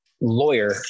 lawyer